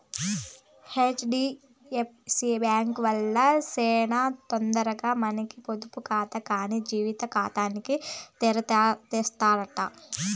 HDFC bank వాల్లు సేనా తొందరగా మనకి పొదుపు కాతా కానీ జీతం కాతాగాని తెరుస్తారట